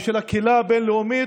ושל הקהילה הבין-לאומית,